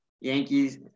Yankees